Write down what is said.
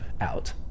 out